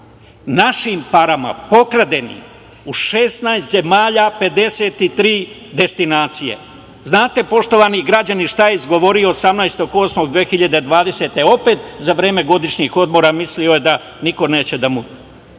našim parama, pokradenim, u 16 zemalja 53 destinacije. Znate, poštovani građani, šta je izgovorio 18.08.2020. godine, opet za vreme godišnjih odmora? Mislio je da niko neće da spazi